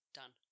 done